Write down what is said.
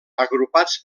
agrupats